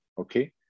okay